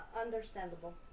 Understandable